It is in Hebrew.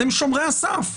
אתם שומרי הסף.